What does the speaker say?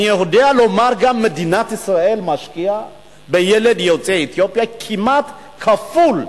אני יודע לומר גם שמדינת ישראל משקיעה בילד יוצא אתיופיה כמעט כפול,